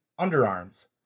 underarms